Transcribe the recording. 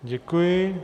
Děkuji.